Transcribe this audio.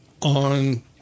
on